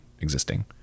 existing